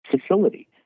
facility